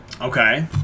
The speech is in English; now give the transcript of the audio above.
okay